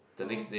oh